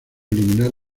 eliminar